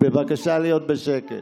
בבקשה להיות בשקט.